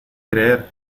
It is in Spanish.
creer